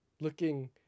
looking